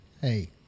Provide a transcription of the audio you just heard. Hey